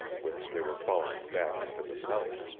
which they were following back into the south.